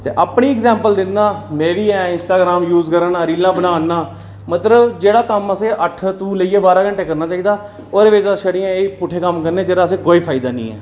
ते अपनी इगजाम्पल दिन्नां मेरी बी इंसटाग्राम जूज करा ना रीलां बना न मगर जेह्ड़ा कम्म असें अट्ठ तूं लेइयै बारां बजे तक ते करना चाहिदा पुट्ठे कम्म करने जेह्दा असें कोई फायदा निं